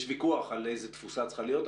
יש ויכוח על איזו תפוסה צריכה להיות.